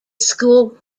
school